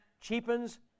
cheapens